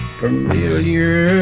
familiar